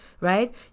right